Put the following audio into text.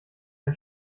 ein